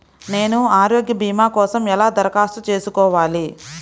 నేను ఆరోగ్య భీమా కోసం ఎలా దరఖాస్తు చేసుకోవాలి?